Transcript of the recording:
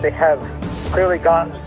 they have clearly got